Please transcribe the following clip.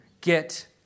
get